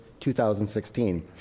2016